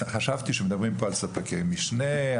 חשבתי שמדברים פה על ספקי משנה,